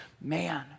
Man